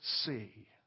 see